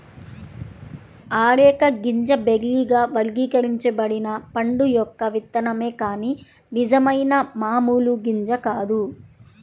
areca గింజ బెర్రీగా వర్గీకరించబడిన పండు యొక్క విత్తనమే కాని నిజమైన మామూలు గింజ కాదు